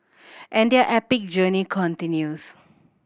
and their epic journey continues